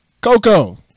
coco